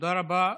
תודה רבה,